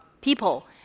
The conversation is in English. people